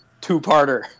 two-parter